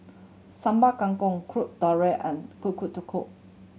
Sambal Kangkong Kuih Dadar and Kuih Kodok